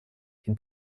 ihn